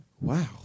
Wow